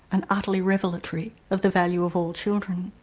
and utterly revelatory of the value of all children.